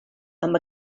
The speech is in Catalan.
amb